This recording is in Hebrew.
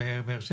באר שבע,